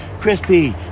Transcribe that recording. Crispy